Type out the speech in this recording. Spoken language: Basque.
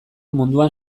munduan